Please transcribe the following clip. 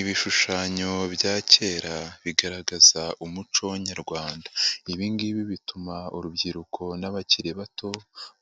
Ibishushanyo bya kera bigaragaza umuco nyarwanda, ibi ngibi bituma urubyiruko n'abakiri bato